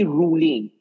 ruling